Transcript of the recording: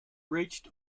reached